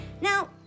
Now